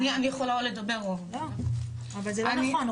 אני יכולה או לדבר או --- אבל זה לא נכון.